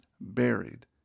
buried